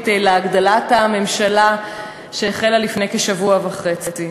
להגדלת הממשלה שהחלה לפני כשבוע וחצי.